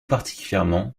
particulièrement